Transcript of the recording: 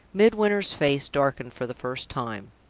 midwinter's face darkened for the first time.